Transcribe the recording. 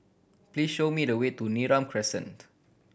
please show me the way to Neram Crescent